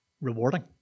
rewarding